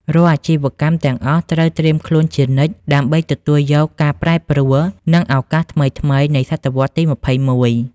រាល់អាជីវកម្មទាំងអស់ត្រូវត្រៀមខ្លួនជានិច្ច ដើម្បីទទួលយកការប្រែប្រួល និងឱកាសថ្មីៗនៃសតវត្សទី២១។